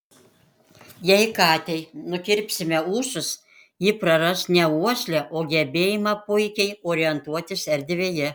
jei katei nukirpsime ūsus ji praras ne uoslę o gebėjimą puikiai orientuotis erdvėje